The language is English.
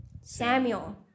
samuel